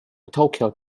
tokyo